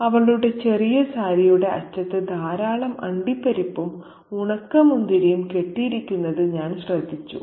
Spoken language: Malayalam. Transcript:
"അവളുടെ ചെറിയ സാരിയുടെ അറ്റത്ത് ധാരാളം അണ്ടിപ്പരിപ്പും ഉണക്കമുന്തിരിയും കെട്ടിയിരിക്കുന്നത് ഞാൻ ശ്രദ്ധിച്ചു